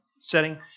setting